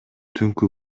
түнкү